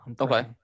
Okay